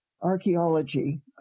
archaeology